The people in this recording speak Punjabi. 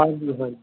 ਹਾਂਜੀ ਹਾਂਜੀ